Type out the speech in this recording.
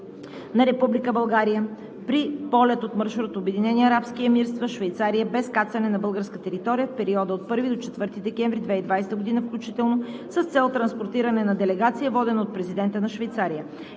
България при полет от маршрут Обединени арабски емирства – Швейцария, без кацане на българска територия, в периода от 1 до 4 декември 2020 г. включително с цел транспортиране на делегация, водена от президента на Швейцария.